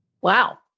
Wow